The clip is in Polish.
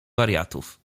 wariatów